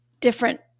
different